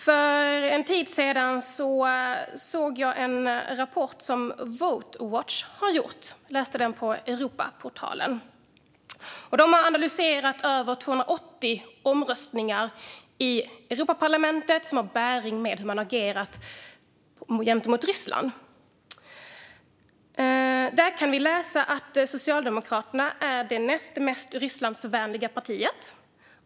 För en tid sedan såg jag en rapport som Vote Watch har gjort. Jag läste den på Europaportalen. De har analyserat över 280 omröstningar i Europaparlamentet som har bäring på hur man har agerat gentemot Ryssland. Där kan vi läsa att Socialdemokraterna är det näst mest Rysslandsvänliga partiet.